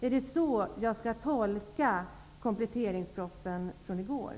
Är det så jag skall tolka kompletteringspropositionen från i går?